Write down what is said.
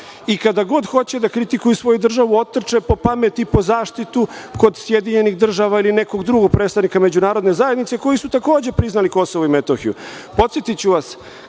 i kada god hoće da kritikuju svoju državu, otrče po pamet i po zaštitu kod SAD ili nekog drugog predstavnika međunarodne zajednice, koji su takođe priznali Kosovo i Metohiju. Podsetiću vas,